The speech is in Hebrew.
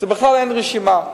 בכלל אין רשימה.